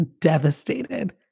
devastated